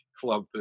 Club